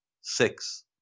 Six